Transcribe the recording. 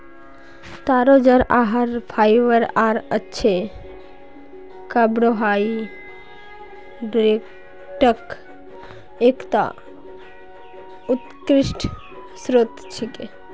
तारो जड़ आहार फाइबर आर अच्छे कार्बोहाइड्रेटक एकता उत्कृष्ट स्रोत छिके